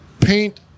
paint